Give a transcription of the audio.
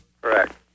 Correct